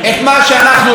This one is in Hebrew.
והתפיסה שלך,